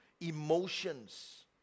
emotions